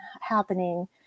happening